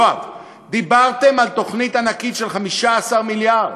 יואב, דיברתם על תוכנית ענקית של 15 מיליארד.